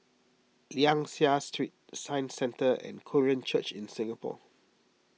Liang Seah Street Science Centre and Korean Church in Singapore